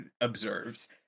observes